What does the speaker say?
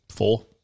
Four